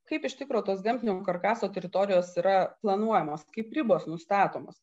kaip iš tikro tos gamtinio karkaso teritorijos yra planuojamos kaip ribos nustatomos